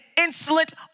insolent